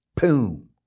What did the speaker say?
Boom